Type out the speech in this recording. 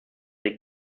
they